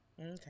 Okay